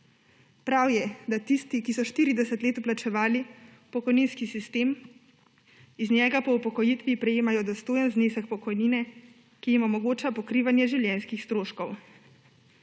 Prav je, da tisti, ki so 40 let plačevali v pokojninski sistem, iz njega po upokojitvi prejemajo dostojen znesek pokojnine, ki jim omogoča pokrivanje življenjskih stroškov.